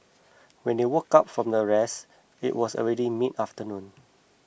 when they woke up from their rest it was already midafternoon